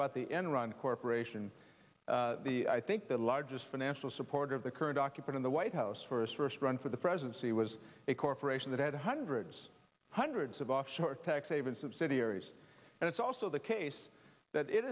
about the enron corporation i think the largest financial supporter of the current occupant of the white house for us first run for the presidency was a corporation that had hundreds hundreds of offshore tax havens subsidiaries and it's also the case that it